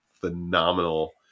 phenomenal